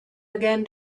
again